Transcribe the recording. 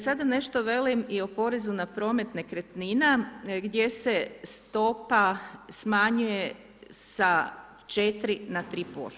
Sada da nešto velim i o porezu na promet nekretnina, gdje se stopa smanjuje sa 4 na 3%